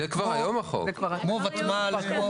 כמו ותמ"ל.